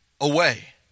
away